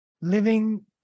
living